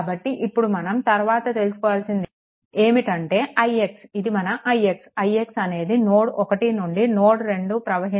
కాబట్టి ఇప్పుడు మనం తర్వాత తెలుసుకోవాల్సింది ఏమిటంటే ix ఇది మన ix ix అనేది నోడ్1 నుండి నోడ్2కి ప్రవహించే కరెంట్